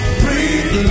breathe